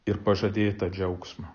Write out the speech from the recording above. ir pažadėtą džiaugsmą